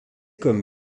comme